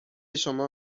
شما